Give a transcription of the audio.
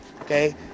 okay